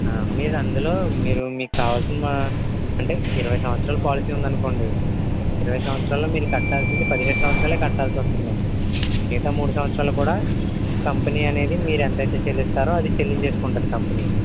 మీరందులో మీరు మీకు కావాల్సిన అంటే ఇరవై సంవత్సరాలు పాలసీ ఉందనుకోండి ఇరవై సంవత్సరాల్లో మీరు కట్టాల్సింది పదిహేడు సంవత్సరాలే కట్టాల్సి వస్తుందండి మిగతా మూడు సంవత్సరాలకు కూడా కంపెనీ అనేది మీరు ఎంతైతే చెల్లిస్తారో అది చెల్లించేసుకుంటుంది కంపెనీ